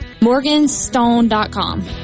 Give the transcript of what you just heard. Morganstone.com